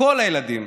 לכל הילדים,